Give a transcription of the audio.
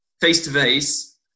face-to-face